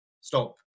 stop